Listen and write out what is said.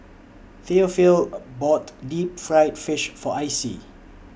Theophile bought Deep Fried Fish For Icie